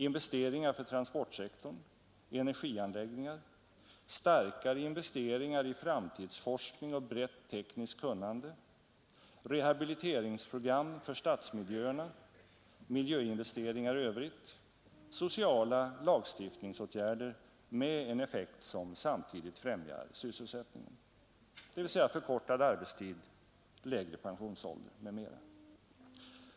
Investeringar för transportsektorn. Energianläggningar. Starkare investeringar i framtidsforskning och brett tekniskt kunnande. Rehabiliteringsprogram för stadsmiljöerna. Miljöinvesteringar i övrigt. Sociala lagstiftningsåtgärder med en effekt som samtidigt främjar sysselsättningen, dvs. förkortad arbetstid, lägre pensionsålder m.m.